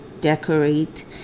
decorate